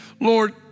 Lord